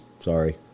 Sorry